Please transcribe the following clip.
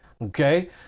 Okay